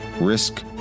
Risk